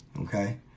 Okay